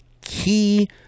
key